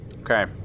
okay